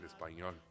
español